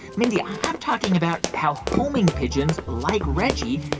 mindy, i'm talking about how homing pigeons, like reggie,